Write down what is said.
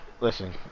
Listen